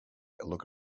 look